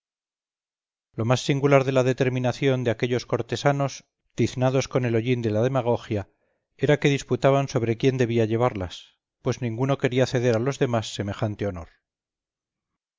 lo más singular de la determinaciónde aquellos cortesanos tiznados con el hollín de la demagogia era que disputaban sobre quién debía llevarlas pues ninguno quería ceder a los demás semejante honor